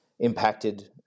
impacted